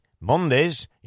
Mondays